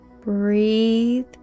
Breathe